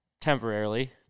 temporarily